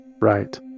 right